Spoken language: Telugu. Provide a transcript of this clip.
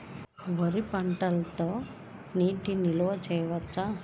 వరి పంటలో నీటి నిల్వ చేయవచ్చా?